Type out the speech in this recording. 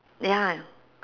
ya